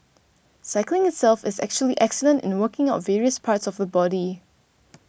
cycling itself is actually excellent in working out various parts of the body